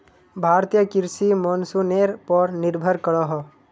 भारतीय कृषि मोंसूनेर पोर निर्भर करोहो